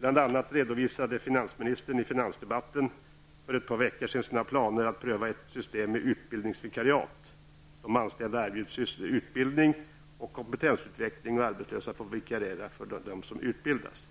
Bl.a. har finansministern i finansdebatten för ett par veckor sedan redovisat sina planer på att pröva ett system med utbildningsvikariat. De anställda erbjuds utbildning och kompetensutveckling, och arbetslösa får vikariera för dem som utbildas.